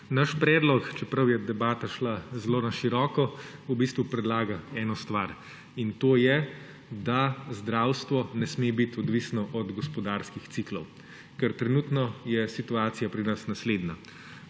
Naš predlog, čeprav je debata šla zelo na široko, v bistvu predlaga eno stvar, in to je, da zdravstvo ne sme biti odvisno od gospodarskih ciklov, ker trenutno je situacija pri nas naslednja.